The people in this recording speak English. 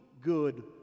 good